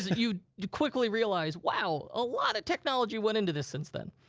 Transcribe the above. you you quickly realize, wow, a lot of technology went into this since then.